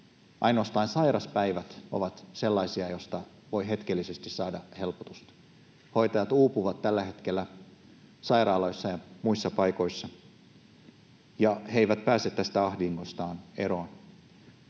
Ainoastaan sairauspäivät ovat sellaisia, joista voi hetkellisesti saada helpotusta. Hoitajat uupuvat tällä hetkellä sairaaloissa ja muissa paikoissa, ja he eivät pääse tästä ahdingostaan eroon.